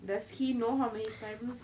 does he know how many times